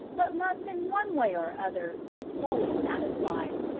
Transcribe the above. but must in one way or other be fully satisfied.